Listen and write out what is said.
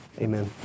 Amen